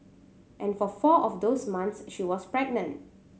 and for four of those months she was pregnant